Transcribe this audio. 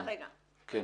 רגע, רגע,